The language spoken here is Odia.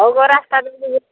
ହଉ କ ରାସ୍ତା ଦ